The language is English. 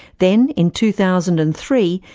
then in two thousand and three,